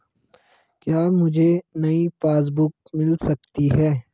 क्या मुझे नयी पासबुक बुक मिल सकती है?